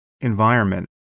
environment